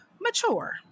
mature